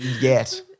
Yes